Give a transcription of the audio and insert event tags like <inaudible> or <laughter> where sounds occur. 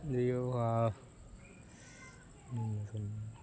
இந்த யோகா <unintelligible>